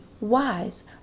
wise